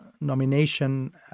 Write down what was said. nomination